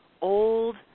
old